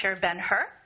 Ben-Hur